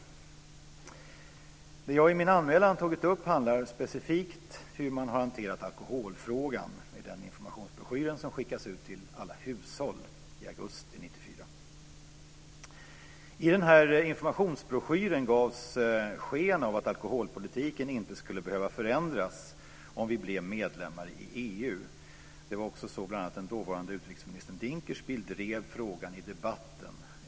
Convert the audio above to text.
Det som jag i min anmälan tagit upp handlar specifikt om hur man hanterat alkoholfrågan i den informationsbroschyr som skickades ut till alla hushåll i augusti 1994. I informationsbroschyren gavs sken av att alkoholpolitiken inte skulle behöva förändras om vi blev medlemmar i EU. Det var också så bl.a. den dåvarande utrikeshandelsministern Dinkelspiel drev frågan i debatten.